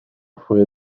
fue